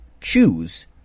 choose